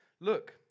Look